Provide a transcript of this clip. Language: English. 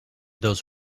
those